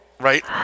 Right